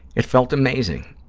it felt amazing.